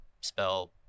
spell